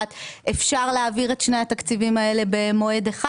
אפשר להעביר את שני התקציבים האלה במועד אחד?